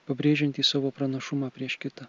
pabrėžiantys savo pranašumą prieš kitą